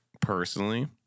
personally